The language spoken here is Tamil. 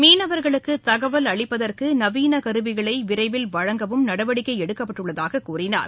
மீனவர்களுக்கு தகவல் அளிப்பதற்கு நவீன கருவிகளை விரைவில் வழங்கவும் நடவடிக்கை எடுக்கப்பட்டுள்ளதாகக் கூறினார்